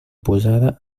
posada